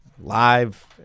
live